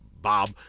Bob